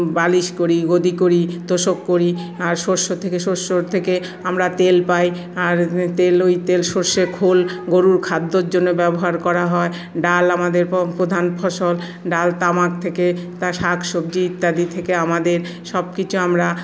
বালিশ করি গদি করি তোশক করি আর শস্য থেকে শস্য থেকে আমরা তেল পাই আর তেল ওই তেল শস্যের খোল গরুর খাদ্যর জন্য ব্যবহার করা হয় ডাল আমাদের প প্রধান ফসল ডাল তামাক থেকে তা শাকসবজি ইত্যাদি থেকে আমাদের সবকিছু আমরা